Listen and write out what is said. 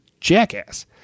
jackass